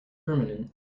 permanent